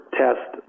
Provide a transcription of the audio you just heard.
test